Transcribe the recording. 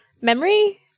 memory